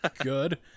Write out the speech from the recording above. good